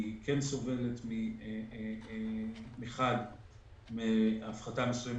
היא כן סובלת מחד, מהפחתה מסוימת